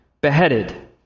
beheaded